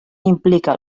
implica